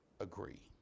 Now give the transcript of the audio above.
agree